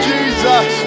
Jesus